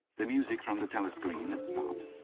the music from the telescreen had stopped.